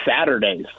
Saturdays